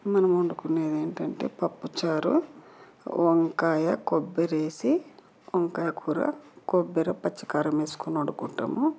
మనం వండుకునేది ఏంటంటే పప్పుచారు వంకాయ కొబ్బరి వేసి వంకాయ కూర కొబ్బరి పచ్చికారం వేసుకుని వండుకుంటాము